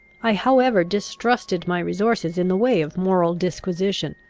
i however distrusted my resources in the way of moral disquisition,